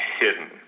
hidden